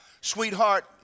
sweetheart